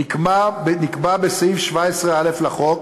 נקבע בסעיף 17א לחוק